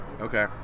Okay